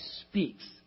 speaks